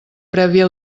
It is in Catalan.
prèvia